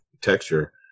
texture